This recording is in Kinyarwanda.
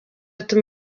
ati